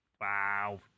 Wow